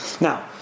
now